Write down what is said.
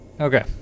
okay